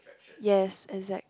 yes exact